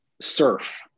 surf